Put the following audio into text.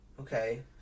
okay